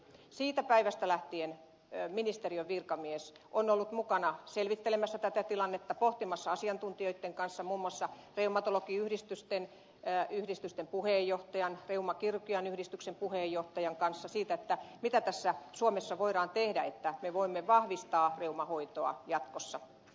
siitä päivästä lähtien ministeriön virkamies on ollut mukana selvittelemässä tätä tilannetta pohtimassa asiantuntijoitten muun muassa reumatologiyhdistysten puheenjohtajan reumakirurgian yhdistyksen puheenjohtajan kanssa sitä mitä suomessa voidaan tehdä jotta me voimme vahvistaa reumahoitoa jatkossa